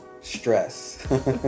stress